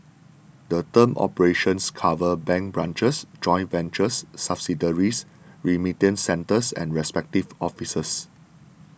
the term operations covers bank branches joint ventures subsidiaries remittance centres and representative offices